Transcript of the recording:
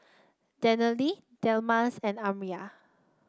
Daniele Delmas and Elmyra